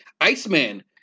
Iceman